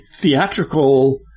theatrical